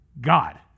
God